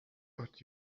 but